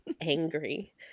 angry